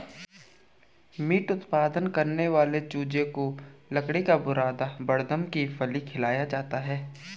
meet उत्पादन करने वाले चूजे को लकड़ी का बुरादा बड़दम की फली खिलाया जाता है